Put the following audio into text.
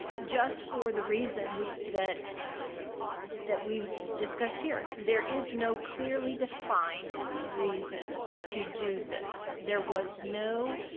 ah just for the reason that that we've discussed here. there is no clearly defined reason to do this, there was no